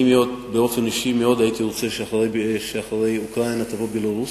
אני באופן אישי מאוד הייתי רוצה שאחרי אוקריאנה תבוא בלרוס,